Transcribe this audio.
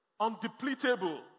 undepletable